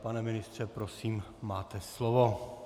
Pane ministře, prosím, máte slovo.